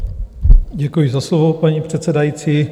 Děkuji za slovo, paní předsedající.